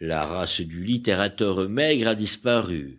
la race du littérateur maigre a disparu